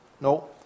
No